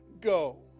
go